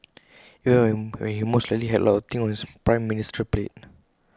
even when he most likely had A lot of things on his prime ministerial plate